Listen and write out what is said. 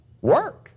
Work